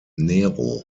nero